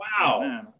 Wow